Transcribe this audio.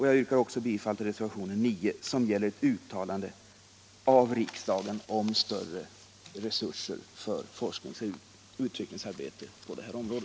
Jag yrkar även bifall till reservationen 9, som gäller ett uttalande av riksdagen om större resurser för forskningsoch utvecklingsarbete.